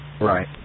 Right